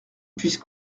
puisse